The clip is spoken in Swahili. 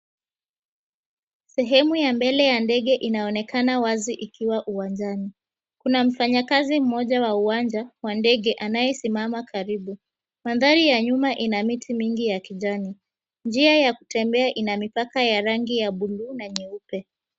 Sehemu ya mbele ya ndege inaonekana wazi ikiwa uwanjani. Kuna mfanyakazi mmoja wa uwanja wa ndege anayesimama karibu. Mandhari ya nyuma ina miti mingi ya kijani. Njia ya kutembea ina mipaka ya rangi ya buluu na nyeupe.